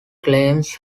claims